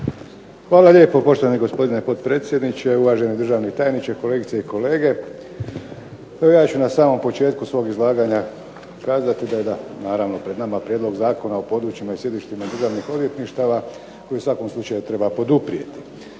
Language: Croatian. Hvala lijepo. Poštovani gospodine potpredsjedniče, uvaženi državni tajniče, kolegice i kolege. Pa evo ja ću na samom početku svog izlaganja ... naravno da je pred nama Prijedlog Zakona o područjima i sjedištima državnih odvjetništava koji u svakom slučaju treba poduprijeti.